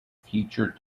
featured